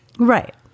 Right